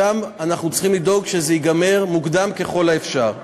שם אנחנו צריכים לדאוג שזה ייגמר מוקדם ככל האפשר.